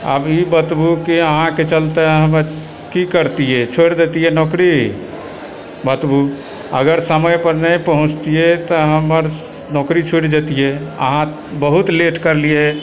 अब ई बतबु की अहाँकेँ चलते हमर की करतियै छोड़ि देतियै नौकरी बतबु अगर समय पर नहि पहुँचतियै तऽ हमर नौकरी छुटि जेतियै अहाँ बहुत लेट करलियै